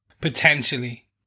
Potentially